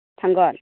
थांगोन